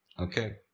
Okay